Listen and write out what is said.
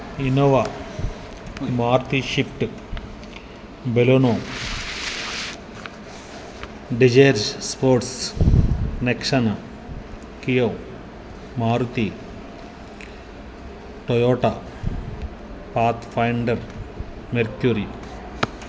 Innova Maruti swift Baleno Dzire sports Nexa Kia Maruti Toyota pathfinder mercury